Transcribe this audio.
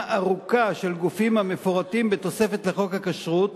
ארוכה של גופים המפורטים בתוספת לחוק הכשרות